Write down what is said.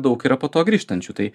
daug yra po to grįžtančių tai